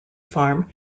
farm